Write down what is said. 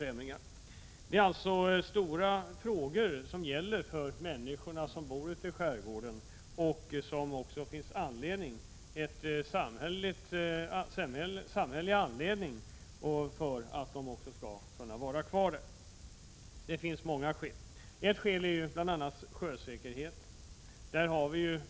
Här gäller det alltså stora frågor för de människor som bor i skärgården. Det finns också många samhälleliga skäl för att de skall kunna vara kvar där. Ett skäl är sjösäkerheten.